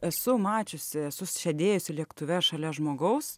esu mačiusi esu sėdėjusi lėktuve šalia žmogaus